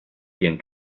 quien